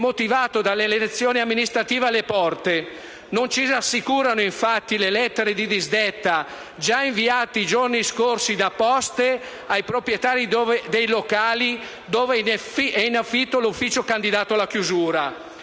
motivato dalle elezioni amministrative alle porte. Non ci rassicurano, infatti, le lettere di disdetta inviate già nei giorni scorsi da Poste ai proprietari dei locali dove è in affitto l'ufficio candidato alla chiusura.